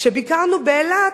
כשביקרנו באילת,